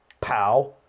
Pow